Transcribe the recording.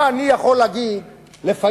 מה אני יכול להגיד לפאיז,